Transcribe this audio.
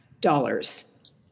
dollars